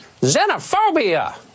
xenophobia